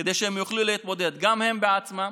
כדי שהם יוכלו להתמודד, גם הם עצמם,